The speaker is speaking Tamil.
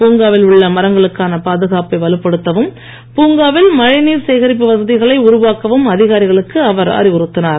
பூங்காவில் உள்ள மரங்களுக்கான பாதுகாப்பை வலுப்படுத்தவும் பூங்காவில் மழை நீர் சேகரிப்பு வசதிகளை உருவாக்கவும் அதிகாரிகளுக்கு அவர் அறிவுறுத்தினார்